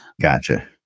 gotcha